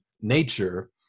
nature